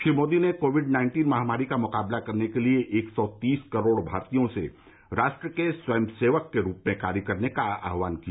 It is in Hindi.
श्री मोदी ने कोविड नाइन्टीन महामारी का मुकाबला करने के लिए एक सौ तीस करोड़ भारतीयों से राष्ट्र के स्वयंसेवक के रूप में कार्य करने का आहवान किया